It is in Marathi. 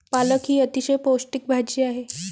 पालक ही अतिशय पौष्टिक भाजी आहे